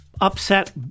upset